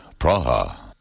Praha